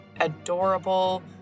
adorable